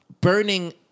burning